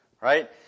right